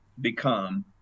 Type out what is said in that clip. become